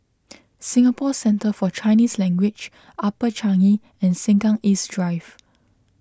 Singapore Centre For Chinese Language Upper Changi and Sengkang East Drive